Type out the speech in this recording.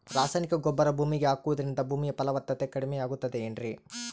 ರಾಸಾಯನಿಕ ಗೊಬ್ಬರ ಭೂಮಿಗೆ ಹಾಕುವುದರಿಂದ ಭೂಮಿಯ ಫಲವತ್ತತೆ ಕಡಿಮೆಯಾಗುತ್ತದೆ ಏನ್ರಿ?